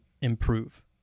improve